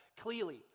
clearly